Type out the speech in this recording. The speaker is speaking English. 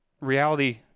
reality